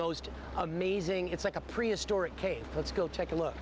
most amazing it's like a prehistoric cave let's go take a look